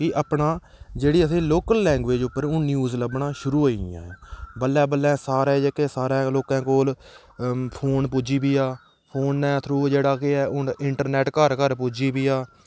एह् अपना जेह्की लोकल लैंगवेज़ उप्पर जेह्की न्यूज़ लब्भना शुरू होई गेदियां न बल्लें बल्लें जेह्का सारें लोकें कोल जेह्का फोन पुज्जी गेआ फोनै दे थ्रू जेह्का इंटरनेट घर घर पुज्जी गेआ